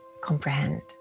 comprehend